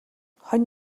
хонь